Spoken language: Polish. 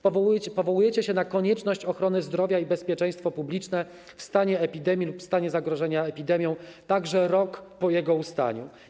Powołujecie się na konieczność ochrony zdrowia i bezpieczeństwo publiczne w stanie epidemii lub w stanie zagrożenia epidemią także rok po jego ustaniu.